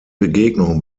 begegnung